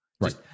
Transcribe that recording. right